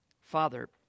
Father